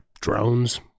Drones